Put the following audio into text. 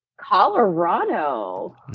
Colorado